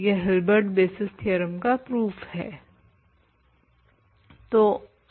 यह Hilbert basis theorem का proof है